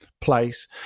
place